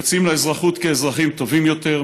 יוצאים לאזרחות כאזרחים טובים יותר,